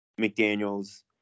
McDaniels